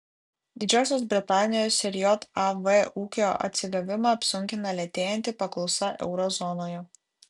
didžiosios britanijos ir jav ūkio atsigavimą apsunkina lėtėjanti paklausa euro zonoje